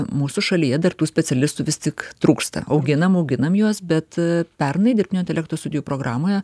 mūsų šalyje dar tų specialistų vis tik trūksta auginam auginam juos bet pernai dirbtinio intelekto studijų programoje